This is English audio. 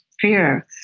fear